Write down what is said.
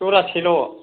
जरासेल'